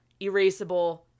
erasable